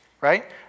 right